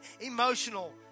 Emotional